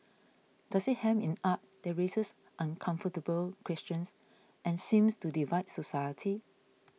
does it hem in art that raises uncomfortable questions and seems to divide society